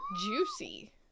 juicy